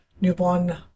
newborn